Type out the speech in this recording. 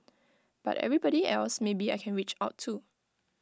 but everybody else maybe I can reach out to